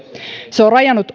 se on on rajannut